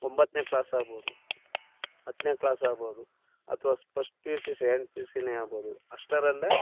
ಒಂಬತ್ತನೇ ಕ್ಲಾಸ್ ಆಬೋದು ಹತ್ತನೇ ಕ್ಲಾಸ್ ಆಬೋದು ಅಥ್ವಾ first P U C second P U ಸಿನೇ ಆಬೋದು ಅಷ್ಟರಲ್ಲೇ